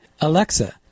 Alexa